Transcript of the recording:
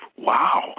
Wow